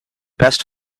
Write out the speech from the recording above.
best